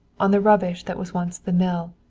on the rubbish that was once the mill,